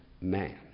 man